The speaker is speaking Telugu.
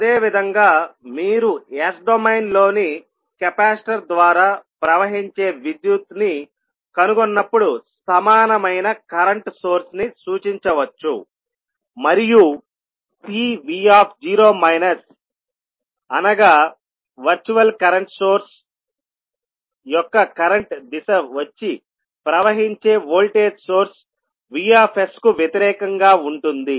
అదేవిధంగా మీరు S డొమైన్లోని కెపాసిటర్ ద్వారా ప్రవహించే విద్యుత్తును కనుగొన్నప్పుడు సమానమైన కరెంట్ సోర్స్ ని సూచించవచ్చు మరియు Cv0 అనగా వర్చువల్ కరెంట్ సోర్స్ యొక్క కరెంట్ దిశ వచ్చి ప్రవహించే వోల్టేజ్ సోర్స్ Vs కు వ్యతిరేకంగా ఉంటుంది